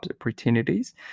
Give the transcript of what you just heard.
opportunities